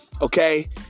Okay